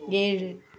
ஏழு